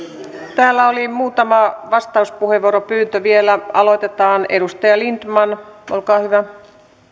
täällä oli muutama vastauspuheenvuoropyyntö vielä aloitetaan edustaja lindtman olkaa hyvä